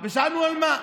ושאלנו: על מה?